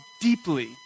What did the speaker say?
deeply